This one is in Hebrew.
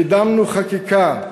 קידמנו חקיקה,